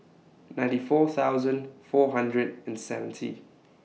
ninety four thousand four hundred and seventy